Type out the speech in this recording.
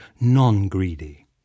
non-greedy